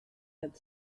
had